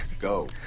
go